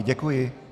Děkuji.